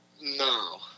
no